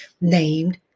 named